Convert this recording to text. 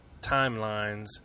timelines